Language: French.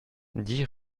dix